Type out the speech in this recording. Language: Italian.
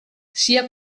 sia